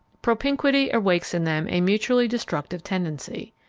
propinquity awakes in them a mutually destructive tendency.